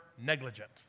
negligent